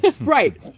Right